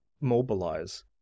mobilize